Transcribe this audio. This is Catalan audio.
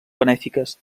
benèfiques